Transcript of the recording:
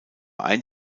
ein